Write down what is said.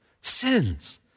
Sins